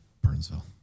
Burnsville